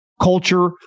culture